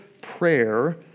prayer